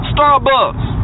Starbucks